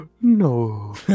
No